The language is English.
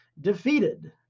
defeated